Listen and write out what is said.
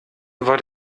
war